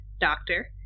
Doctor